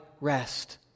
rest